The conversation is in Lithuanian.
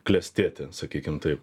klestėti sakykim taip